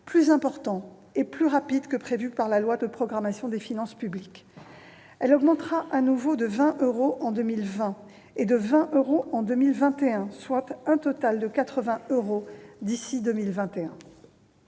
plus important et plus rapide que prévu par la loi de programmation des finances publiques. En outre, cette prime augmentera de nouveau de 20 euros en 2020 et de 20 euros en 2021, soit un total de 80 euros d'ici à 2021.